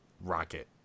rocket